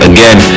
Again